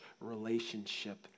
relationship